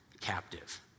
captive